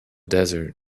desert